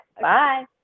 Bye